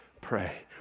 pray